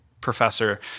professor